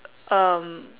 um